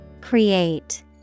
Create